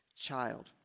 child